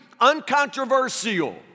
uncontroversial